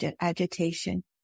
agitation